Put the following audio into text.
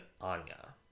anya